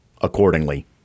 accordingly